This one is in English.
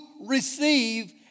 receive